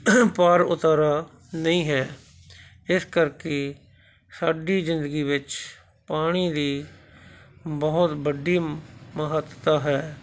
ਪਾਰ ਉਤਾਰਾ ਨਹੀਂ ਹੈ ਇਸ ਕਰਕੇ ਸਾਡੀ ਜ਼ਿੰਦਗੀ ਵਿੱਚ ਪਾਣੀ ਦੀ ਬਹੁਤ ਵੱਡੀ ਮਹੱਤਤਾ ਹੈ